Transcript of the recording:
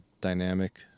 dynamic